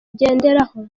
ugenderaho